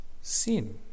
sin